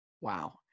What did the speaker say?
Wow